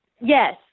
Yes